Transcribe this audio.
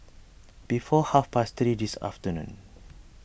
before half past three this afternoon